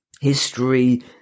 history